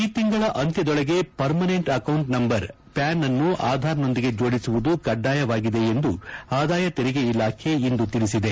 ಈ ತಿಂಗಳ ಅಂತ್ಯದೊಳಗೆ ಶಾಶ್ವತ ಖಾತೆಯ ಸಂಖ್ಯೆ ಪ್ಯಾನ್ ಅನ್ನು ಆಧಾರ್ನೊಂದಿಗೆ ಜೋಡಿಸುವುದು ಕಡ್ಡಾಯವಾಗಿದೆ ಎಂದು ಆದಾಯ ತೆರಿಗೆ ಇಲಾಖೆ ಇಂದು ತಿಳಿಸಿದೆ